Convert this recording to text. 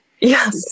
Yes